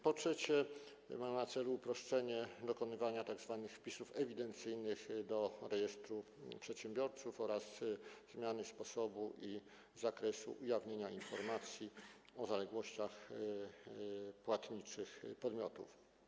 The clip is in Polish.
Po trzecie, mają one na celu uproszczenie dokonywania tzw. wpisów ewidencyjnych do rejestru przedsiębiorców oraz zmianę sposobu i zakresu ujawniania informacji o zaległościach płatniczych podmiotów.